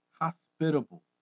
Hospitable